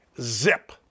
Zip